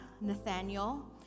Nathaniel